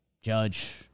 Judge